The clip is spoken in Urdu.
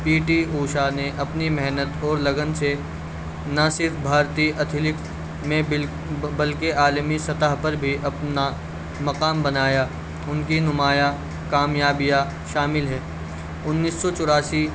پی ٹی اوشا نے اپنی محنت اور لگن سے نہ صرف بھارتی اتھلیٹکس میں بلکہ عالمی سطح پر بھی اپنا مقام بنایا ان کی نمایا کامیابیاں شامل ہے انیس سو چوراسی